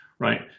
Right